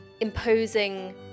imposing